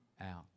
out